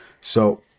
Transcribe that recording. So-